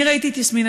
אני ראיתי את יסמין,